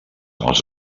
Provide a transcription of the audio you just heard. als